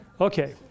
Okay